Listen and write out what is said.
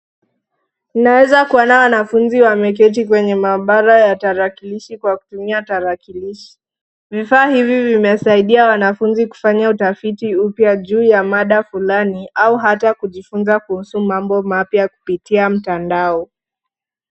Tunaeza kuona wanafunzi wameketi kwenye mahabara ya tarakilishi wakitumia tarakilishi . Vifaa hivi vimesaidia wanafunzi kufanya utafiti upya juu ya mada fulani au hata kujifunza kuhusu mambo mapya kupitia mtandao.